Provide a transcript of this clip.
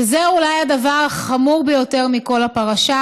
וזה אולי דבר החמור ביותר בכל הפרשה,